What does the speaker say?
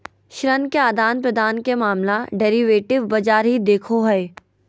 ऋण के आदान प्रदान के मामला डेरिवेटिव बाजार ही देखो हय